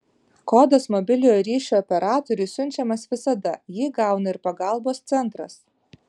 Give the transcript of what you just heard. kodas mobiliojo ryšio operatoriui siunčiamas visada jį gauna ir pagalbos centras